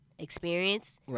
experience